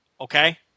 okay